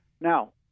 Now